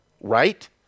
right